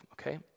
okay